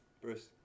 Bruce